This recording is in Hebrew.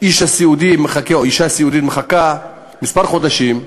שהאיש הסיעודי או האישה הסיעודית מחכים כמה חודשים,